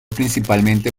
principalmente